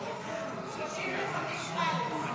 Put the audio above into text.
35 א'.